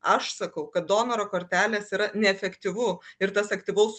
aš sakau kad donoro kortelės yra neefektyvu ir tas aktyvaus